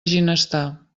ginestar